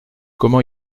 comment